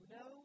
no